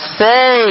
say